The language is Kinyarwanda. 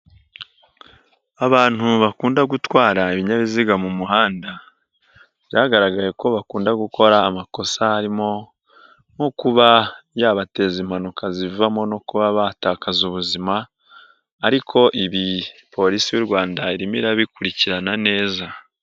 Abantu bakunda gutwara ibinyabiziga mu muhanda byagaragaye ko bakunda gukora amakosa harimo nko kuba yabateza impanuka zivamo no kuba batakaza ubuzima ariko ibi Polisi y'u Rwanda irimo irabikurikirana neza.